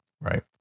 right